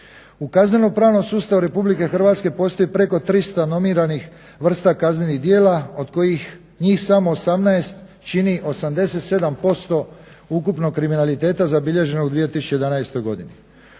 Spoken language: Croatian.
U kazneno-pravnom sustavu RH postoji preko 300 normiranih vrsta kaznenih djela od kojih njih samo 18 čini 87% ukupnog kriminaliteta zabilježenog u 2011. godini.